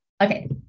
Okay